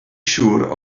siŵr